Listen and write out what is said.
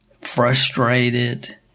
frustrated